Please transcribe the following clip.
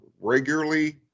regularly